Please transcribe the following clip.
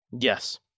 Yes